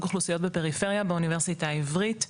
אוכלוסיות בפריפריה באוניברסיטה העברית.